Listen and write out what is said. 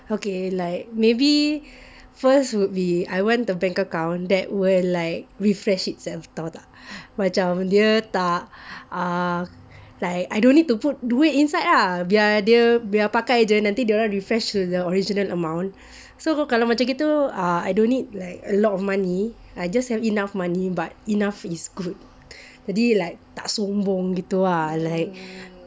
okay like maybe first would be I want the bank account that will like refresh itself [tau] tak dia tak err like I don't need to put duit inside lah biar dia biar pakai jer refresh to the original amount so kalau macam gitu err I don't need like a lot of money I just have enough money but enough is good jadi like tak sombong gitu ah